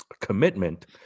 commitment